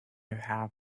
have